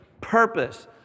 purpose